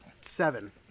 seven